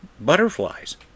butterflies